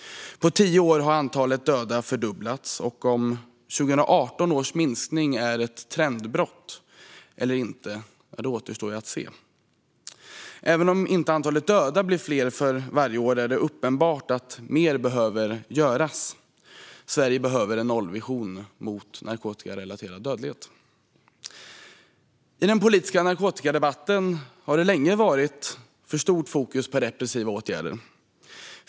På tio år har antalet döda fördubblats. Om 2018 års minskning är ett trendbrott eller inte återstår att se. Även om antalet döda inte blir större för varje år är det uppenbart att mer behöver göras. Sverige behöver en nollvision när det gäller narkotikarelaterad dödlighet. I den politiska narkotikadebatten har det länge varit för stort fokus på repressiva åtgärder.